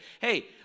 Hey